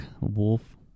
wolf